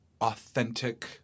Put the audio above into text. authentic